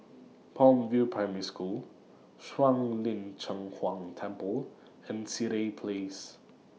Palm View Primary School Shuang Lin Cheng Huang Temple and Sireh Place